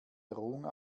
drohung